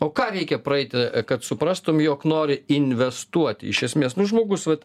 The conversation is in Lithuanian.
o ką reikia praeiti kad suprastum jog nori investuoti iš esmės nu žmogus vat